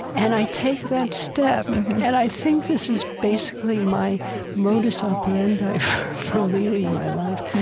and i take that step, and i think this is basically my modus operandi for leading my life.